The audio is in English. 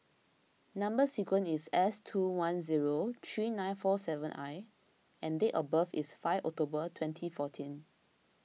Number Sequence is S two one zero three nine four seven I and date of birth is five October twenty fourteen